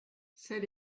c’est